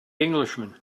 englishman